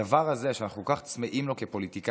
הדבר הזה שאנחנו כל כך צמאים לו כפוליטיקאים,